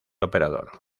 operador